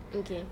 okay